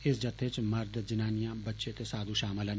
इस जत्थे च मर्द जनानियां बच्चें ते साघु शामिल न